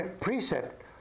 precept